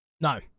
No